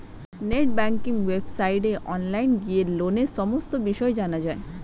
net banking ওয়েবসাইটে online গিয়ে লোনের সমস্ত বিষয় জানা যায়